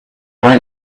right